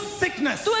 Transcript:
sickness